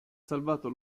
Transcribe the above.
salvato